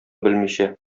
белмичә